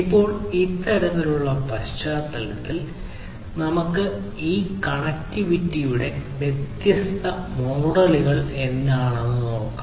ഇപ്പോൾ ഇത്തരത്തിലുള്ള പശ്ചാത്തലത്തിൽ നമുക്ക് ഈ കണക്റ്റിവിറ്റിയുടെ വ്യത്യസ്ത മോഡലുകൾ എന്തൊക്കെയാണെന്ന് നോക്കാം